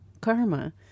karma